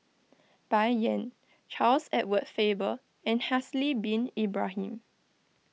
Bai Yan Charles Edward Faber and Haslir Bin Ibrahim